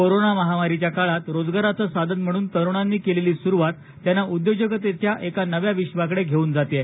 corona महामारीच्या काळात रोजगाराचं साधन म्हणून तरुणांनी केलेली सुरुवात त्यांना उद्योजकतेच्या एका नव्या विश्वाकडे घेऊन जात आहे